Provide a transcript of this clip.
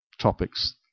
topics